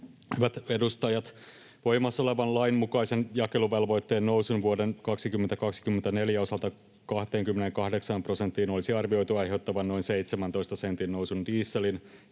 Hyvät edustajat! Voimassa olevan lain mukaisen jakeluvelvoitteen nousun vuoden 2024 osalta 28 prosenttiin olisi arvioitu aiheuttavan noin 17 sentin nousun dieselin